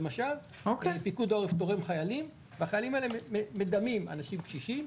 למשל פיקוד העורף תורם חיילים והחיילים האלה מדמים אנשים קשישים,